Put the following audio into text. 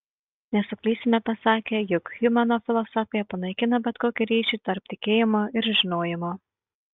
nesuklysime pasakę jog hjumo filosofija panaikino bet kokį ryšį tarp tikėjimo ir žinojimo